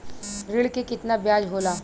ऋण के कितना ब्याज होला?